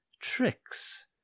tricks